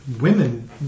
women